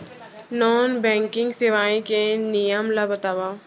Non banking सेवाएं के नियम ला बतावव?